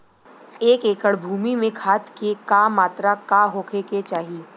एक एकड़ भूमि में खाद के का मात्रा का होखे के चाही?